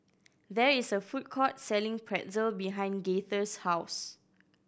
there is a food court selling Pretzel behind Gaither's house